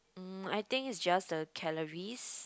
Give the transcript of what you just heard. mm I think it's just the calories